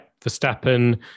Verstappen